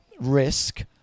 risk